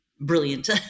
brilliant